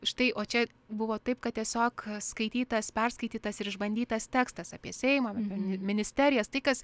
štai o čia buvo taip kad tiesiog skaitytas perskaitytas ir išbandytas tekstas apie seimą ministerijas tai kas